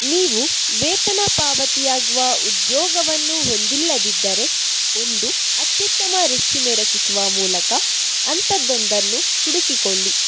ನೀವು ವೇತನ ಪಾವತಿಯಾಗುವ ಉದ್ಯೋಗವನ್ನು ಹೊಂದಿಲ್ಲದಿದ್ದರೆ ಒಂದು ಅತ್ಯುತ್ತಮ ರೆಸ್ಯೂಮೆ ರಚಿಸುವ ಮೂಲಕ ಅಂಥದ್ದೊಂದನ್ನು ಹುಡುಕಿಕೊಳ್ಳಿ